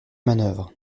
manœuvre